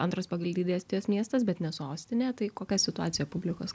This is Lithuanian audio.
antras pagal dydį estijos miestas bet ne sostinė tai kokia situacija publikos